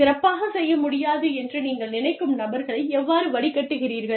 சிறப்பாகச் செய்ய முடியாது என்று நீங்கள் நினைக்கும் நபர்களை எவ்வாறு வடிகட்டுகிறீர்கள்